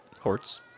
horts